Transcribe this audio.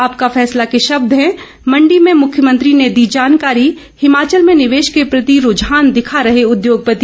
आपका फैसला के शब्द हैं मंडी में मुख्यमंत्री ने दी जानकारी हिमाचल में निवेश के प्रति रूझान दिखा रहे उद्योगपति